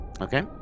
Okay